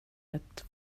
ett